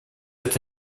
это